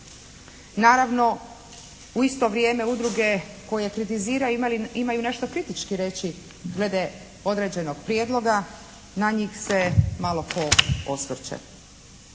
Naravno u isto vrijeme udruge koje kritiziraju imaju nešto kritički reći glede određenog prijedloga. Na njih se malo tko osvrće.